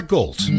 Gold